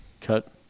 cut